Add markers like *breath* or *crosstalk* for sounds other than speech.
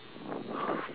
*breath*